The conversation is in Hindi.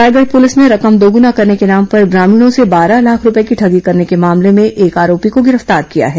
रायगढ़ पुलिस ने रकम दोगुना करने के नाम पर ग्रामीणों से बारह लाख रूपए की ठगी करने के मामले में एक आरोपी को गिरफ्तार किया है